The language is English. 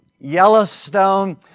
Yellowstone